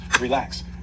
relax